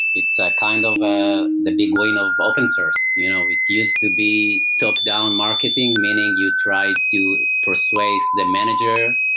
it's ah kind of ah the big win of open source. you know it used to be top-down marketing. meaning, you try to persuade the manager.